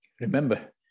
Remember